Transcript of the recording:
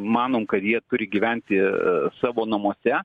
manom kad jie turi gyventi savo namuose